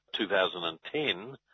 2010